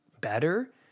better